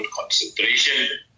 concentration